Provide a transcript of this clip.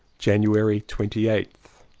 january twenty eighth.